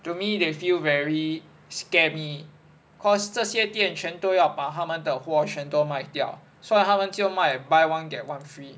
to me they feel very scam me cause 这些店全都要把他们的货全部都卖掉所以他们就卖 buy one get one free